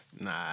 Nah